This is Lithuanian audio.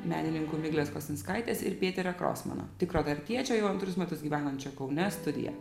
menininkų miglės kosinskaitės ir pėterio krosmano tikro tartiečio jau antrus metus gyvenančio kaune studiją